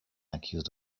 accused